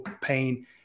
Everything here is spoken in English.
pain